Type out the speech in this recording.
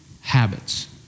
habits